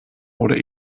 oder